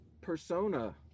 persona